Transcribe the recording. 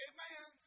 Amen